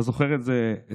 אתה זוכר את זה אצלך,